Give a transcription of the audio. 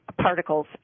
particles